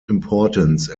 importance